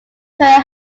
career